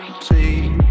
See